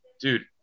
dude